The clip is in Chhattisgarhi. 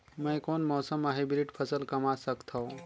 मै कोन मौसम म हाईब्रिड फसल कमा सकथव?